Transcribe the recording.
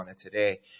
today